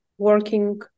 working